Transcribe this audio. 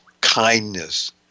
kindness